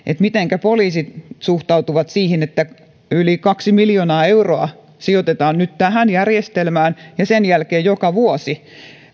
mitenkä poliisit suhtautuvat siihen että yli kaksi miljoonaa euroa sijoitetaan nyt tähän järjestelmään ja sen jälkeen joka vuosi